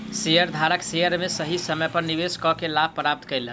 शेयरधारक शेयर में सही समय पर निवेश कअ के लाभ प्राप्त केलक